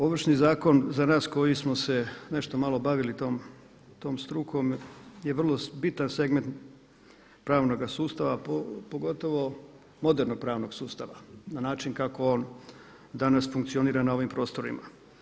Ovršni zakon za nas koji smo se nešto malo bavili tom strukom je vrlo bitan segment pravnoga sustava pogotovo modernog pravnog sustava na način kako on danas funkcionira na ovim prostorima.